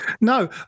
No